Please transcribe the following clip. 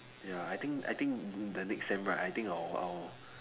ya I think I think the next sem right I think I'll I'll